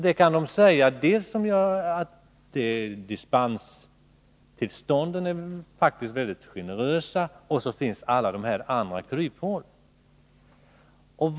Det kan de säga dels för att dispenstillstånden faktiskt är väldigt generösa, dels på grund av alla andra kryphål som finns.